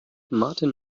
martin